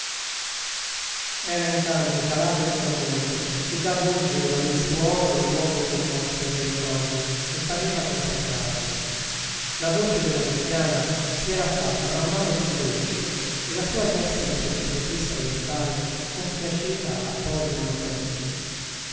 era intanto calato il tramonto ed avvolgeva del suo oro il luogo commosso dai ricordi e pareva consacrarlo la voce della ruffiana si era fatta man mano più dolce e la sua testa di sacerdotessa orientale compiaceva a pose languenti